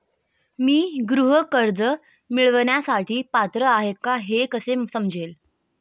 मी गृह कर्ज मिळवण्यासाठी पात्र आहे का हे कसे समजेल?